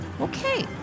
Okay